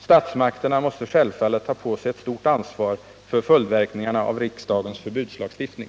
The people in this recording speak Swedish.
Statsmakterna måste självfallet ta på sig ett stort ansvar för följderna av riksdagens förbudslagstiftning.